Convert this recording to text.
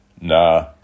nah